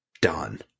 done